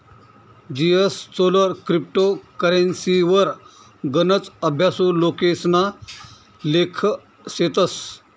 जीएसचोलर क्रिप्टो करेंसीवर गनच अभ्यासु लोकेसना लेख शेतस